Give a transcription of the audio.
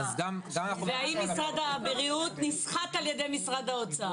והאם משרד הבריאות נסחט על ידי משרד האוצר